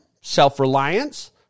self-reliance